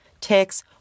ticks